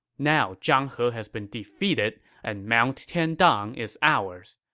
now zhang he has been defeated and mount tiandang is ours.